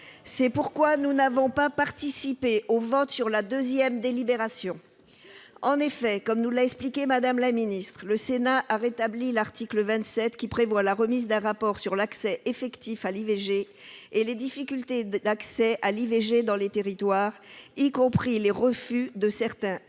C'est pourquoi nous n'avons pas participé non plus au vote sur la seconde délibération. En effet, comme nous l'a expliqué Mme la ministre, le Sénat a rétabli l'article 27, qui prévoit la remise d'un rapport sur l'accès effectif à l'IVG et sur les difficultés d'accès à l'IVG dans les territoires, y compris les refus de certains praticiens